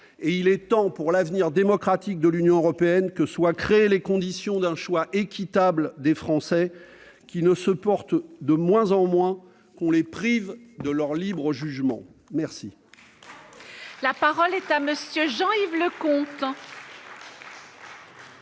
! Il est temps, pour l'avenir démocratique de l'Union européenne, que soient créées les conditions d'un choix équitable des Français, qui supportent de moins en moins qu'on les prive de leur libre jugement. La